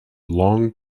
long